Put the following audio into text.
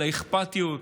על האכפתיות,